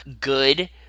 good